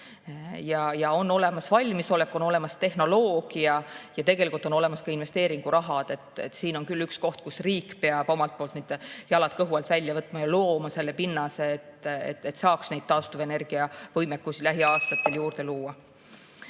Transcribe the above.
Ja on olemas valmisolek, on olemas tehnoloogia ja tegelikult on olemas investeeringurahad. Siin on küll üks koht, kus riik peab jalad kõhu alt välja võtma ja looma pinnase, et saaks taastuvenergiavõimekust lähiaastatel juurde luua.